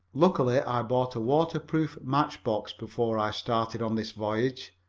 lucky i bought a water-proof match box before i started on this voyage.